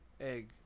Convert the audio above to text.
Egg